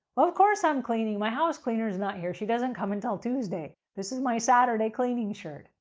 of course i'm cleaning. my house cleaner is not here. she doesn't come until tuesday. this is my saturday cleaning shirt.